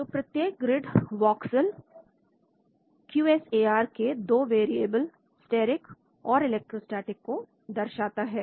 तो प्रत्येक grid voxel Q S A R के दो वेरिएबल स्टेरिक और इलेक्ट्रोस्टेटिक को दर्शाता है